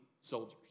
soldiers